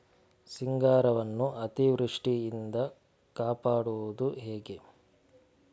ಸಿಂಗಾರವನ್ನು ಅತೀವೃಷ್ಟಿಯಿಂದ ಕಾಪಾಡುವುದು ಹೇಗೆ?